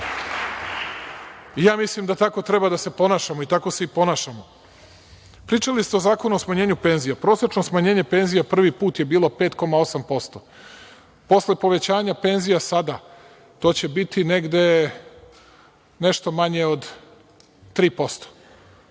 Mislim da tako treba da se ponašamo i tako se i ponašamo. Pričali ste o Zakonu o smanjenju penzija. Prosečno smanjenje penzija prvi put je bilo 5,8%. Posle povećanja penzija sada to će biti nešto manje od 3%.